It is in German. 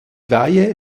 weihe